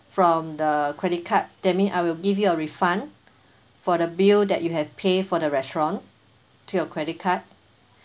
from the credit card that means I will give you a refund for the bill that you have paid for the restaurant to your credit card